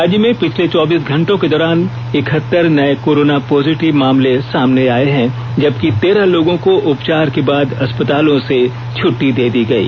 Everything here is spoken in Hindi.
राज्य में पिछले चौबीस घंटों के दौरान इकहतर नए कोरोना पॉजिटिव मामले सामने आए हैं जबकि तेरह लोगों को उपचार के बाद अस्पतालों से छट्टी दे दी गई